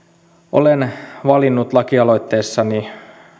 olen valinnut lakialoitteessani